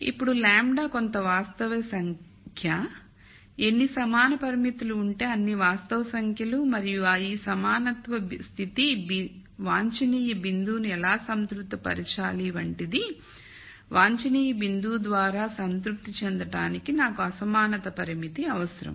ఇప్పుడు λ కొంత వాస్తవ సంఖ్య ఎన్ని సమాన పరిమితులు ఉంటే అన్ని వాస్తవ సంఖ్యలు మరియు ఈ సమానత్వ స్థితి వాంఛనీయ బిందువును ఎలా సంతృప్తి పరచాలి వంటిది వాంఛనీయ బిందువు ద్వారా సంతృప్తి చెందడానికి నాకు అసమానత పరిమితి అవసరం